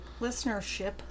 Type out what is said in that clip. listenership